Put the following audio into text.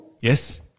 Yes